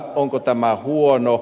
onko tämä huono